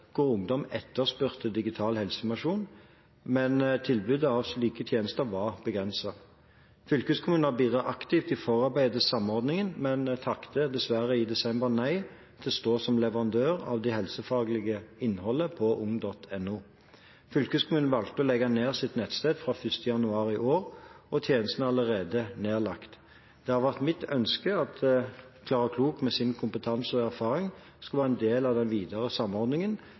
hvor ungdom etterspurte digital helseinformasjon, men tilbudet av slike tjenester var begrenset. Fylkeskommunen har bidratt aktivt i forarbeidet til samordningen, men takket i desember dessverre nei til å stå som leverandør av det helsefaglige innholdet på ung.no. Fylkeskommunen valgte å legge ned sitt nettsted fra 1. januar i år, og tjenesten er allerede nedlagt. Det har vært mitt ønske at Klara Klok, med sin kompetanse og sin erfaring, skulle være en del av den videre samordningen,